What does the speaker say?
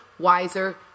wiser